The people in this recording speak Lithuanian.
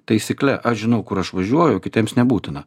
taisykle aš žinau kur aš važiuoju kitiems nebūtina